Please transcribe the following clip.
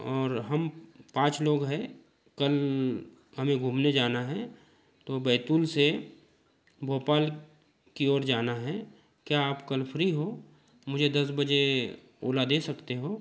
और हम पाँच लोग है कल हमे घूमने जाना है तो बैतूल से भोपाल की ओर जाना है क्या आप कल फ़्री हो मुझे दस बजे ओला दे सकते हो